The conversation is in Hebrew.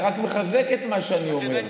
אתה רק מחזק את מה שאני אומר.